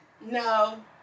no